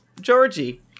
Georgie